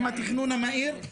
עם התכנון המהיר,